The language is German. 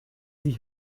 sie